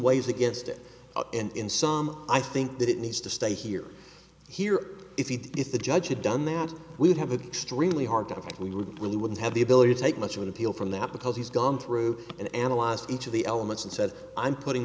weighs against it and in some i think that it needs to stay here here if he if the judge had done that we would have an extremely hard to think we would really wouldn't have the ability to take much of an appeal from that because he's gone through and analyzed each of the elements and said i'm putting